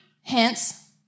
hence